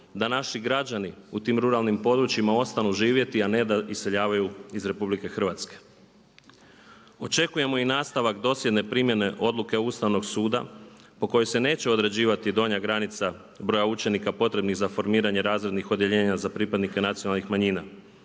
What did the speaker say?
da naši građani u tim ruralnim područjima ostanu živjeti a ne da iseljavaju iz RH. Očekujemo i nastavak dosljedne primjene odluke Ustavnog suda po kojoj se neće određivati donja granica broja učenika potrebnih za formiranje razrednih odjeljenja za pripadnike nacionalnih manjina.